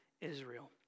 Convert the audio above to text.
Israel